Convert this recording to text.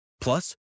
Plus